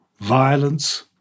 violence